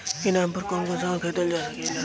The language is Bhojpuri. ई नाम पर कौन कौन समान खरीदल जा सकेला?